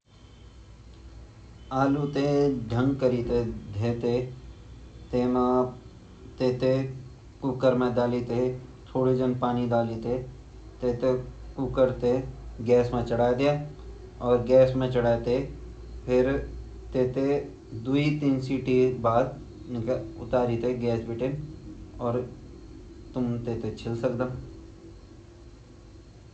पहली आलू ते उबान अर वेगा बाद वेते छिलीते अर वेते तेले कड़ाई मा डालीते अर वेमा जीरा का छोंक डालिते फिर आलू ते छील के काटिते अर फिर वेते फ्राई कर दयोंड।